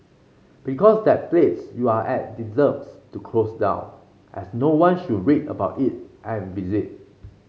because that place you're at deserves to close down as no one should read about it and visit